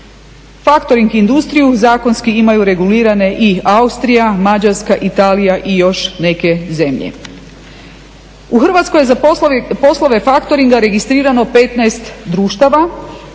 Faktoring industriju zakonski imaju regulirane i Austrija, Mađarska, Italija i još neke zemlje. U Hrvatskoj je za poslove faktoringa registrirano 15 društava